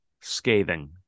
Scathing